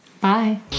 Bye